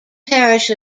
parish